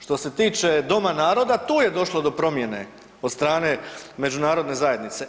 Što se tiče Doma naroda tu je došlo do promjene od strane međunarodne zajednice.